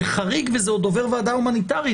זה חריג וזה עוד עובר ועדה הומניטרית.